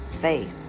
faith